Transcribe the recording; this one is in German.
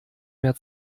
mehr